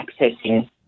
accessing